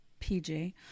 PJ